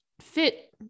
fit